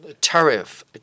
tariff